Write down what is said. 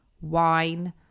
wine